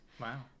Wow